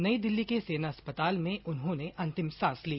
नई दिल्ली के सेना अस्पताल में उन्होंने अंतिम सांस ली